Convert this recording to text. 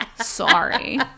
Sorry